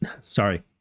sorry